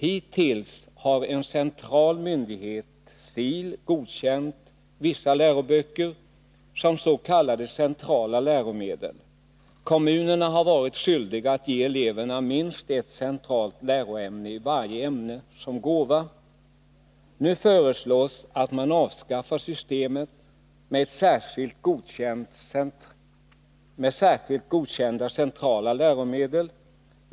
Hittills har en central myndighet, SIL, godkänt vissa läroböcker som s.k. centrala läromedel. Kommunerna har varit skyldiga att ge eleverna minst ett centralt läromedel i varje ämne som gåva. Nu föreslås att man avskaffar systemet med särskilt godkända centrala läromedel.